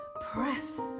Press